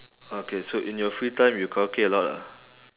okay so in your free time you karaoke a lot ah